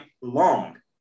long